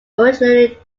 originally